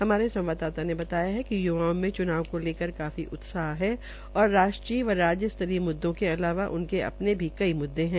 हमारे संवाददाता ने बताया कि य्वाओं में च्नाव को लेकर काफी उत्साह है और राष्ट्रीय व राज्य स्तरीय मुद्दो के अलावा उनके अपने भी कई मुद्दे है